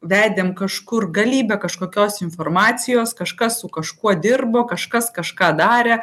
vedėm kažkur galybę kažkokios informacijos kažkas su kažkuo dirbo kažkas kažką darė